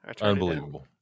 Unbelievable